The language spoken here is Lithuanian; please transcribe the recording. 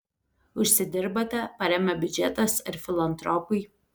užsidirbate paremia biudžetas ar filantropai